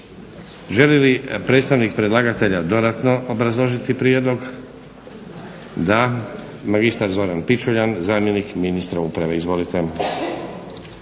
Želi li predstavnik predlagatelja dodatno obrazložiti prijedlog? Da. Magistar Zoran Pičuljan, zamjenik ministra uprave. Izvolite.